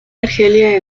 argelia